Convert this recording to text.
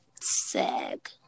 Sag